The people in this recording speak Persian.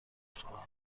خواهم